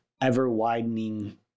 ever-widening